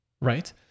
Right